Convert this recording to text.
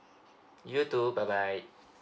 you too bye bye